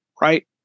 Right